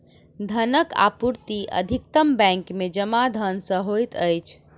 धनक आपूर्ति अधिकतम बैंक में जमा धन सॅ होइत अछि